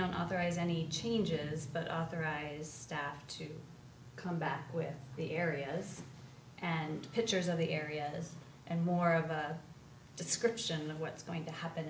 don't authorize any changes but authorize staff to come back with the areas and pictures of the areas and more of a description of what's going to happen